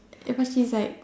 if I see inside